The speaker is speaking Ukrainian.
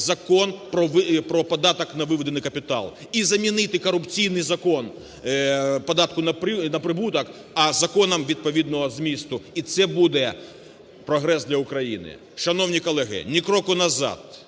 Закон про податок на виведений капітал - і замінити корупційний Закон податку на прибуток законом відповідного змісту. І це буде прогрес для України. Шановні колеги, ні кроку назад,